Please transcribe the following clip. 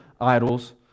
idols